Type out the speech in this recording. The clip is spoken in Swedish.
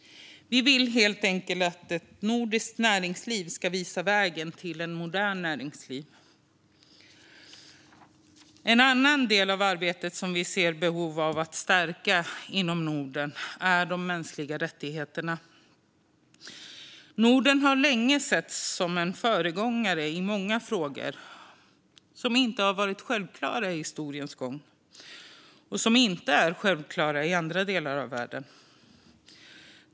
Vi vill helt enkelt att nordiskt näringsliv ska visa vägen till ett modernt näringsliv. En annan del av arbetet som vi ser behov av att stärka inom Norden är de mänskliga rättigheterna. Norden har länge setts som en föregångare i många frågor som inte varit självklara under historiens gång och som inte är självklara i andra delar av världen.